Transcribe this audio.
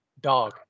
Dog